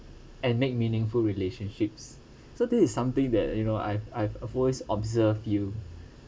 and make meaningful relationships so this is something that you know I've I've always observed you